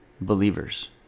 Believers